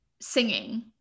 singing